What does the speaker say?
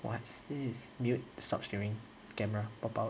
what's this mute stop streaming camera pop out